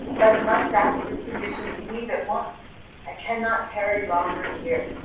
but must ask your permission to leave at once i cannot tarry longer here.